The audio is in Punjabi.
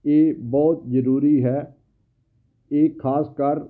ਇਹ ਬਹੁਤ ਜ਼ਰੂਰੀ ਹੈ ਇਹ ਖਾਸਕਰ